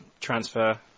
transfer